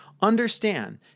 Understand